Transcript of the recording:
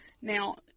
Now